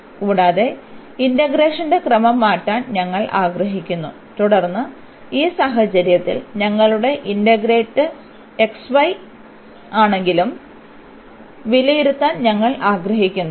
കൂടാതെ ഇന്റഗ്രേഷന്റെ ക്രമം മാറ്റാൻ ഞങ്ങൾ ആഗ്രഹിക്കുന്നു തുടർന്ന് ഈ സാഹചര്യത്തിൽ ഞങ്ങളുടെ ഇന്റെഗ്രന്റ് xy ആണെങ്കിലും വിലയിരുത്താൻ ഞങ്ങൾ ആഗ്രഹിക്കുന്നു